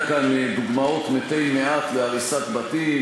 הבאת כאן דוגמאות מתי-מעט בהריסת בתים,